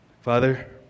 Father